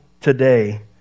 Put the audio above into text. today